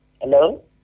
Hello